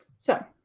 so,